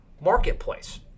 marketplace